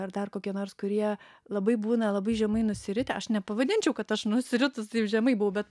ar dar kokie nors kurie labai būna labai žemai nusiritę aš nepavadinčiau kad aš nusiritus taip žemai buvau bet